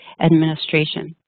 administration